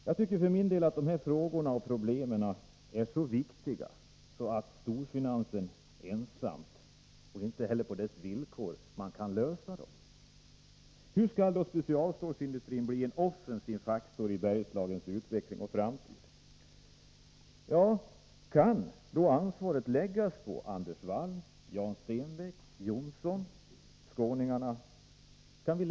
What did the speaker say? Jag tycker för min del att de här frågorna är så viktiga att storfinansen inte ensam kan få avgöra dem, och jag tror inte heller man kan lösa de här problemen på dess villkor. Hur skall då specialstålsindustrin bli en offensiv faktor i Bergslagens utveckling och framtid? Kan ansvaret då läggas i Anders Walls, Jan Stenbecks, Johnssons och ”skåningarnas” händer?